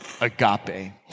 agape